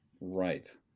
Right